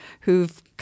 who've